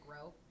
grow